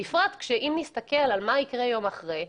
בפרט שאם נתבונן על מה שיקרה יום אחרי,